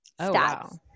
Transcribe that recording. stats